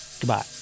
Goodbye